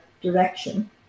direction